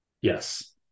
Yes